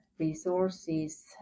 resources